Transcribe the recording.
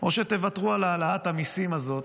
או שתוותרו על העלאת המיסים הזאת,